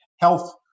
health